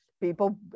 people